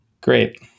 great